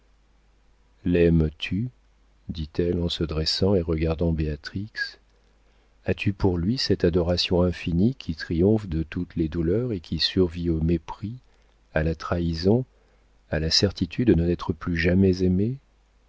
lettre laimes tu dit-elle en se dressant et regardant béatrix as-tu pour lui cette adoration infinie qui triomphe de toutes les douleurs et qui survit au mépris à la trahison à la certitude de n'être plus jamais aimée